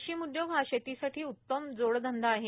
रेशीम उद्योग हा शेतीसाठी उत्तम जोडधंदा आहे